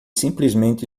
simplesmente